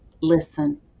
listen